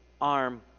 arm